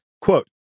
quote